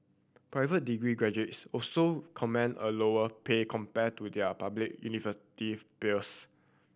private degree graduates also command a lower pay compared to their public university peers